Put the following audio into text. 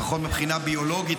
לפחות מבחינה ביולוגית,